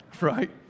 right